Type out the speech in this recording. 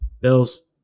Bills